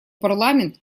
парламент